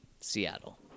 Seattle